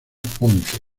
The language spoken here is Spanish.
ponce